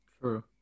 True